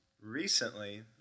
Recently